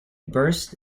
bust